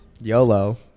yolo